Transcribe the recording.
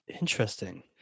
Interesting